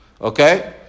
Okay